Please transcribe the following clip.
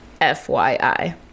FYI